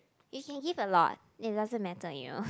you can give a lot it doesn't matter you know